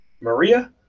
Maria